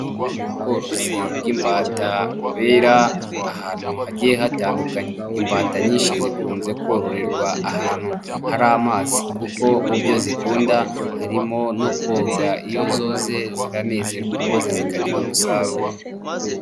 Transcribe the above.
Ubu ni ubworozi bw'imbata bubera ahantu hagiye hatandukanye. Imbata nyinshi zikunze kororerwa ahantu hari amazi kuko mu byo zikunda harimo no koga, iyo zoze ziranezerwa maze zikagira umusaruro.